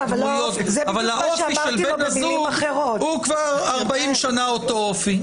אבל האופי של בן הזוג כבר 40 שנה אותו אופי.